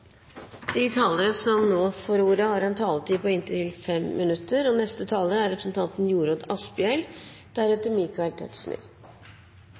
De talere som heretter får ordet, har en taletid på inntil 3 minutter.